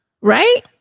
right